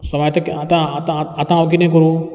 so आतां आतां आतां आ आतां हांव कितें करूं